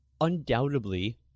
undoubtedly